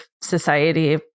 society